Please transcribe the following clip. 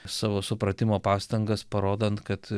savo supratimo pastangas parodant kad